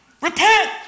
Repent